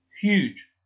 Huge